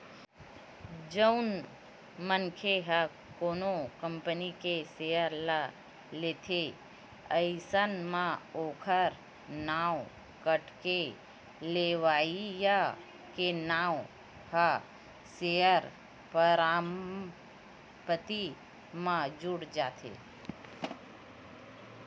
जउन मनखे ह कोनो कंपनी के सेयर ल लेथे अइसन म ओखर नांव कटके लेवइया के नांव ह सेयर परमान पाती म जुड़ जाथे